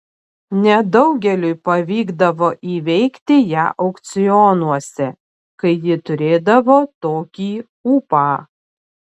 nedaugeliui pavykdavo įveikti ją aukcionuose kai ji turėdavo tokį ūpą